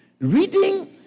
Reading